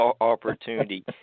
opportunity